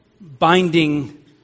binding